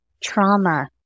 trauma